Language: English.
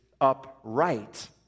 upright